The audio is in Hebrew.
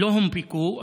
לא הונפקו.